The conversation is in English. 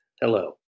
Hello